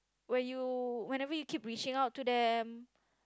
where you whenever you keep reaching out to them